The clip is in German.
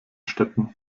städten